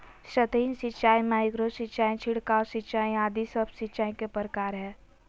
सतही सिंचाई, माइक्रो सिंचाई, छिड़काव सिंचाई आदि सब सिंचाई के प्रकार हय